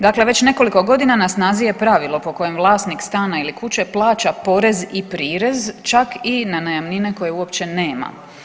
Dakle, već nekoliko godina na snazi je pravilo po kojem vlasnik stana ili kuće plaća porez i prirez čak i na najamnine koje uopće nema.